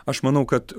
aš manau kad